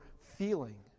feeling